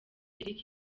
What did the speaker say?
eric